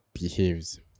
behaves